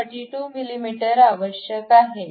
32 मिमी आवश्यक आहे